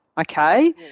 okay